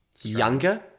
Younger